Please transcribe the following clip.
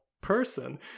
person